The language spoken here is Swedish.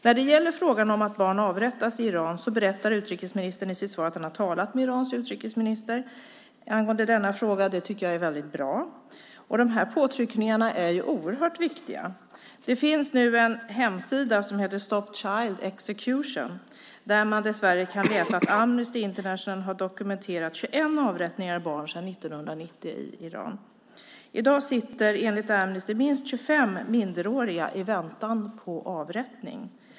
När det gäller frågan om att barn avrättas i Iran berättar utrikesministern i sitt svar att han talat med Irans utrikesminister angående detta. Det tycker jag är mycket bra. Sådana påtryckningar är oerhört viktiga. Det finns en hemsida som heter www.stopchildexecutions.com där man dessvärre kan läsa att Amnesty International dokumenterat 21 avrättningar av barn sedan 1990 i Iran. I dag sitter enligt Amnesty minst 25 minderåriga i väntan på avrättning.